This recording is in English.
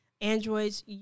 Androids